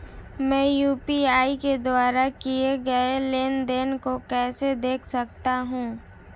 मैं यू.पी.आई के द्वारा किए गए लेनदेन को कैसे देख सकता हूं?